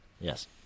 Yes